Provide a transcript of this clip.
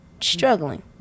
struggling